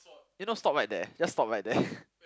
you know stop right there just stop right there